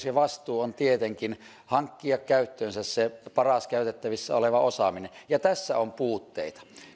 ja vastuu on tietenkin hankkia käyttöönsä se paras käytettävissä oleva osaaminen ja tässä on puutteita